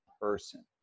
person